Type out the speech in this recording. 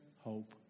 hope